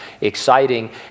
exciting